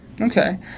Okay